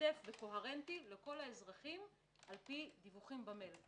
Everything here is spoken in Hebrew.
שוטף וקוהרנטי לכל האזרחים לפי דיווחים במייל.